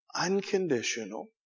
unconditional